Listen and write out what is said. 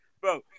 Bro